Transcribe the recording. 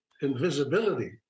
invisibility